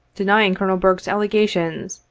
denying colonel burke's allegations,